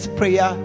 prayer